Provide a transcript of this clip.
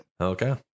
Okay